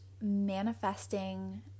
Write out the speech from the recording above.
manifesting